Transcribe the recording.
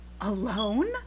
alone